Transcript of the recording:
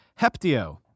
Heptio